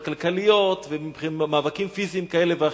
כלכליות ובמאבקים פיזיים כאלה ואחרים.